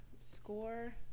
Score